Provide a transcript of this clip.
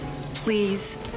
Please